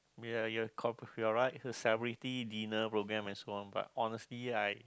ya you're you're right the severity dinner romance and so on but honestly I